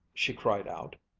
she cried out.